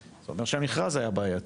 זה אומר שהמכרז היה בעייתי.